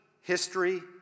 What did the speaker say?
history